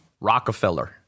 Rockefeller